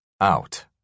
out